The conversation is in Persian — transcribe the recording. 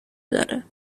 داره